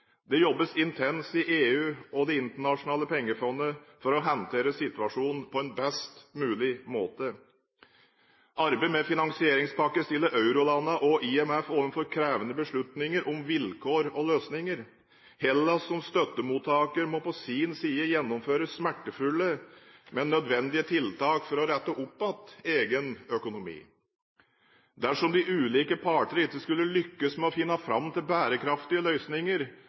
Det jobbes intenst i EU og Det internasjonale pengefondet for å håndtere situasjonen på en best mulig måte. Arbeidet med finansieringspakker stiller eurolandene og IMF overfor krevende beslutninger om vilkår og løsninger. Hellas som støttemottaker må på sin side gjennomføre smertefulle, men nødvendige tiltak for å rette opp egen økonomi. Dersom de ulike parter ikke skulle lykkes med å finne fram til bærekraftige løsninger,